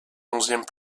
onzième